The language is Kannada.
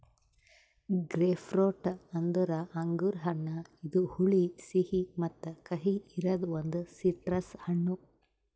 ಗ್ರೇಪ್ಫ್ರೂಟ್ ಅಂದುರ್ ಅಂಗುರ್ ಹಣ್ಣ ಇದು ಹುಳಿ, ಸಿಹಿ ಮತ್ತ ಕಹಿ ಇರದ್ ಒಂದು ಸಿಟ್ರಸ್ ಹಣ್ಣು